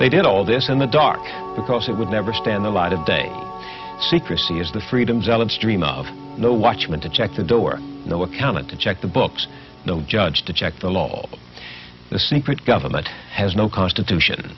they did all this in the dark because it would never stand the light of day secrecy is the freedom zealots dream of no watchman to check a door no accountant to check the books don't judge to check the law the secret government has no constitution